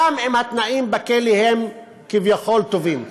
גם אם התנאים בכלא הם כביכול טובים.